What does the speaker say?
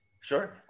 Sure